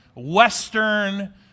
Western